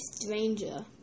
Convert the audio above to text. stranger